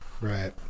right